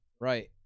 Right